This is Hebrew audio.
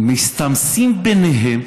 מסתמסים ביניהם